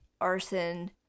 arson